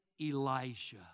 Elijah